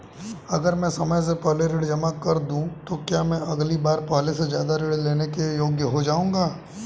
अगर मैं समय से पहले ऋण जमा कर दूं तो क्या मैं अगली बार पहले से ज़्यादा ऋण लेने के योग्य हो जाऊँगा?